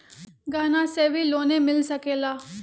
गहना से भी लोने मिल सकेला?